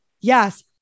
yes